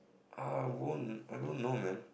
uh won't I don't know man